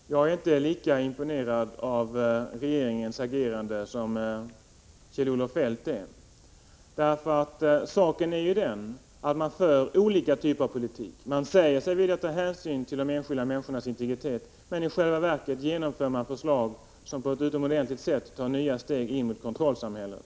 Fru talman! Jag är inte lika imponerad av regeringens agerande som Kjell-Olof Feldt är. Saken är nämligen den att man för olika typer av politik. Man säger sig vilja ta hänsyn till de enskilda människornas integritet, men i själva verket genomför man förslag som på ett ingripande sätt tar nya steg mot kontrollsamhället.